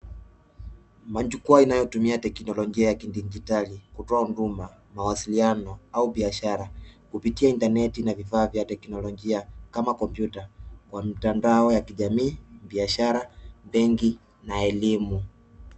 Majukwaa inayotumia teknolojia ya kidijitali kutoa huduma, mawasiliano au biashara kupitia intaneti na vifaa vya teknolojia kama kompyuta kwa mtandao wa kijamii, biashara, benki na elimu.